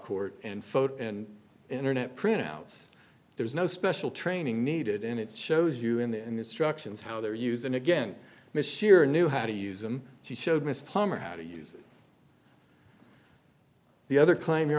court and photo and internet printouts there's no special training needed and it shows you in the end instructions how they're using again michiru knew how to use them she showed miss palmer how to use the other claim your